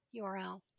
URL